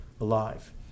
alive